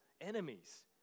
enemies